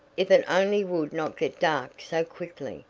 if it only would not get dark so quickly,